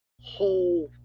whole